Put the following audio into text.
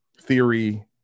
theory